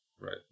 right